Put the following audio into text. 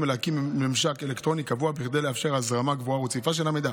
ולהקים ממשק אלקטרוני קבוע כדי לאפשר הזרמה קבועה ורציפה של המידע.